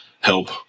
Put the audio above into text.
help